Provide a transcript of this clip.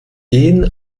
jeden